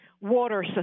water